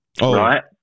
right